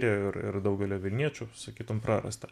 ir ir daugelio vilniečių sakytum prarasta